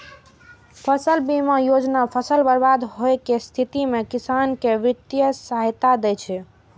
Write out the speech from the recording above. फसल बीमा योजना फसल बर्बाद होइ के स्थिति मे किसान कें वित्तीय सहायता दै छै